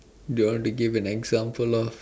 do you want to give an example of